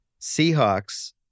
Seahawks